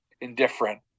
indifferent